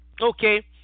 okay